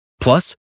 Plus